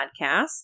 Podcast